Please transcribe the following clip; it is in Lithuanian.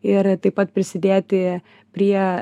ir taip pat prisidėti prie